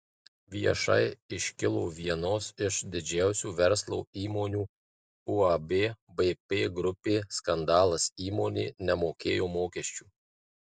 viešai iškilo vienos iš didžiausių verslo įmonių uab vp grupė skandalas įmonė nemokėjo mokesčių